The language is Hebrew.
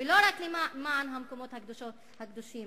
ולא רק למען המקומות הקדושים,